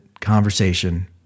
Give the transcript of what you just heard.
conversation